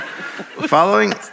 Following